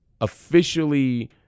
officially